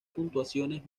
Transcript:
puntuaciones